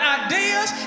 ideas